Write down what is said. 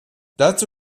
dazu